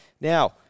Now